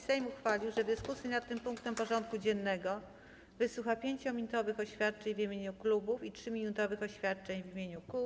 Sejm uchwalił, że w dyskusji nad tym punktem porządku dziennego wysłucha 5-minutowych oświadczeń w imieniu klubów i 3-minutowych oświadczeń w imieniu kół.